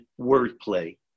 wordplay